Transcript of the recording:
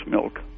milk